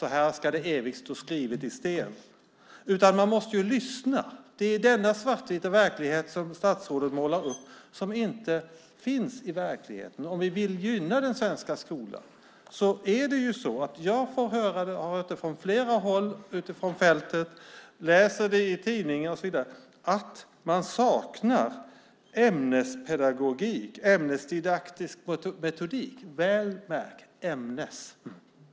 Så här ska det evigt stå skrivet i sten. Man måste lyssna. Den svartvita bild som statsrådet målar upp finns inte i verkligheten. Jag har hört från flera håll ute på fältet och jag läser i tidningar att man saknar ämnespedagogik och ämnesdidaktisk metodik - märk att jag sade ämnes .